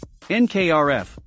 NKRF